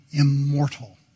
immortal